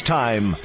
time